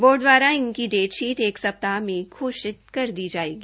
board द्वारा इनकी date sheet एक सप्ताह में घोषित कर दी जायेगी